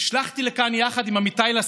נשלחתי לכאן, יחד עם עמיתיי לסיעה,